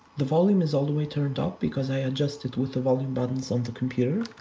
the volume is all the way turned up, because i adjust it with the volume buttons on the computer.